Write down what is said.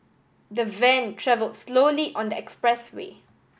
the van travelled slowly on the expressway